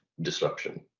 disruption